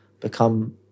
become